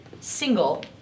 single